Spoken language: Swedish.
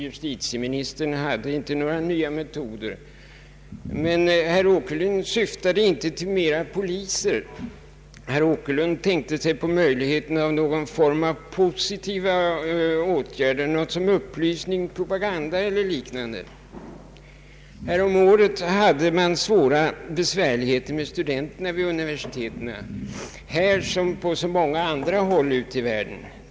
Justitieministern hade inga nya metoder att komma med. Herr Åkerlund syftade då inte till att det behövs fler poliser, utan han tänkte sig möjligheten av positiva åtgärder som upplysning och propaganda. Häromåret hade man stora besvärligheter med studenterna vid universiteten, här som på så många andra håll i världen.